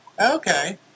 Okay